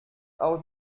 aus